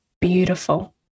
Beautiful